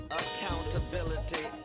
accountability